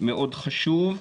מאוד חשוב,